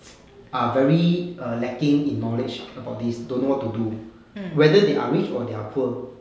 are very err lacking in knowledge about these don't know what to do whether they are rich or they are poor